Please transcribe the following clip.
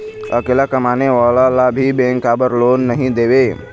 अकेला कमाने वाला ला भी बैंक काबर लोन नहीं देवे?